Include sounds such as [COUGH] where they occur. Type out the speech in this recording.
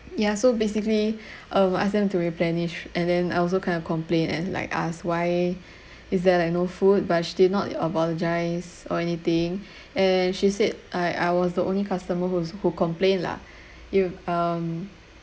ya so basically [BREATH] um I ask them to replenish and then I also kind of complain and like ask why is there like no food but she did not apologise or anything [BREATH] and she said I I was the only customer who's who complained lah you um